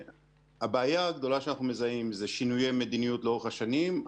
הבעיה הגדולה שאנחנו מזהים היא שינויי מדיניות לאורך השנים.